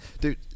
dude